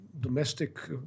domestic